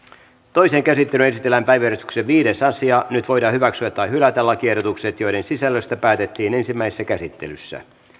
toiseen käsittelyyn esitellään päiväjärjestyksen viides asia nyt voidaan hyväksyä tai hylätä lakiehdotukset joiden sisällöstä päätettiin ensimmäisessä käsittelyssä